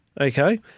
okay